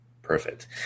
Perfect